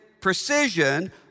precision